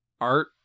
art